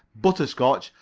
butterscotch,